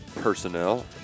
Personnel